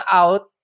out